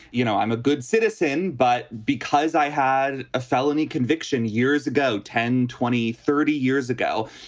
you know, i'm a good citizen but because i had a felony conviction years ago, ten, twenty, thirty years ago,